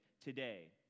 today